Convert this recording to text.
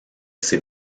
ces